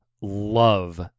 love